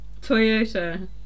Toyota